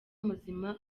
muzima